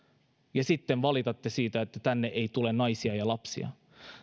ja sitten valitatte siitä että tänne ei tule naisia ja lapsia